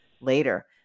later